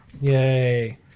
Yay